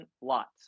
lots